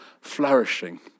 flourishing